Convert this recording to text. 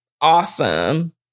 awesome